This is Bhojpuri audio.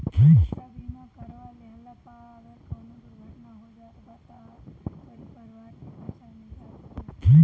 यात्रा बीमा करवा लेहला पअ अगर कवनो दुर्घटना हो जात बा तअ तोहरी परिवार के पईसा मिल जात हवे